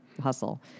hustle